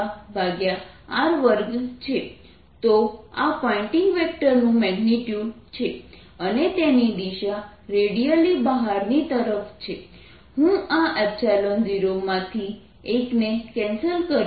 તો આ પોઇન્ટિંગ વેક્ટરનું મેગ્નિટ્યુડ છે અને તેની દિશા રેડિયલી બહારની તરફ છે હું આ 0 માંથી એકને કેન્સલ કરીશ